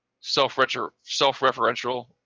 self-referential